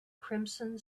crimson